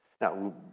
Now